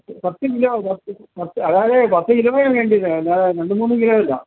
പത്ത് കിലോ പത്ത് പത്ത് അതായത് പത്ത് കിലോയാണ് വേണ്ടത് അല്ലാതെ രണ്ടും മൂന്നും കിലോ അല്ല